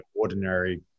ordinary